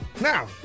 Now